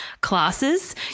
classes